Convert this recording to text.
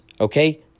Okay